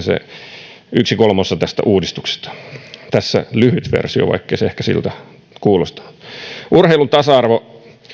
se yksi kolmasosa tästä uudistuksesta tässä lyhyt versio vaikkei se ehkä siltä kuulostanut urheilun tasa arvo